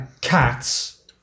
cats